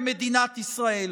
במדינת ישראל,